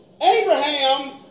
Abraham